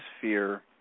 fear